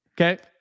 Okay